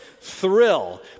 thrill